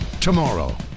Tomorrow